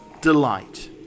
delight